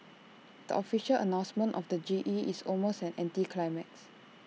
the official announcement of the G E is almost an anticlimax